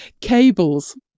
Cables